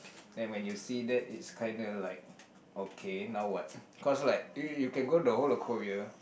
and when you see that is kinda like okay now what cause like you you can go to the whole of Korea